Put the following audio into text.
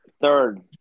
third